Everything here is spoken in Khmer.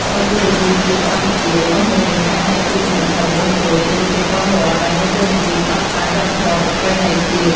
ប៉ុស្តិ៍ទូរទស្សន៍ជាតិកម្ពុជា ប៉ុស្តិ៍មួយនេះតែងតែជាជម្រើសដំបូងគេ ព្រោះ ជាប៉ុស្តិ៍រដ្ឋដែលមានតួនាទីផ្សព្វផ្សាយវប្បធម៌ប្រពៃណីជាតិ។